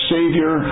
Savior